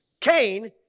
Cain